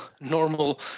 normal